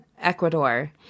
Ecuador